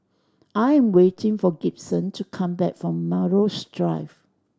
I am waiting for Gibson to come back from Melrose Drive